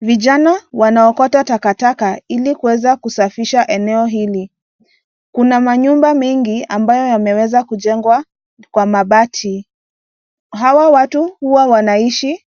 Vijana wanaokota takataka, ili kuweza kusafisha eneo hili. Kuna manyumba mengi ambayo yameweza kujengwa kwa mabati. Hawa watu huwa wanaishi,